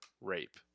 rape